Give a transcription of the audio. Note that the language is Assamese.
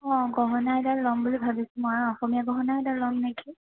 অঁ গহনা এডাল ল'ম বুলি ভাবিছোঁ মই অসমীয়া গহনা এডাল ল'ম নেকি